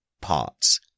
parts